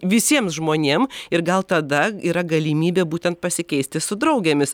visiems žmonėm ir gal tada yra galimybė būtent pasikeisti su draugėmis